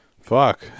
fuck